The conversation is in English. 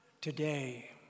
Today